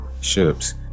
ships